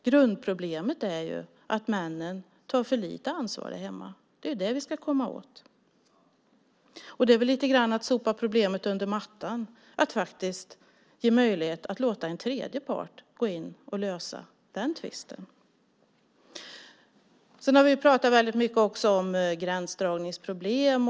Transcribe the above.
Grundproblemet är ju att männen tar för lite ansvar hemma. Det är det vi ska komma åt. Att ge möjligheten att låta en tredje part gå in och lösa den tvisten är att lite grann sopa problemet under mattan. Vi har även talat mycket om gränsdragningsproblem.